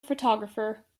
photographer